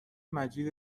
مجید